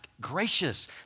gracious